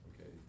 okay